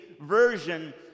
version